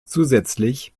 zusätzlich